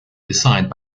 designed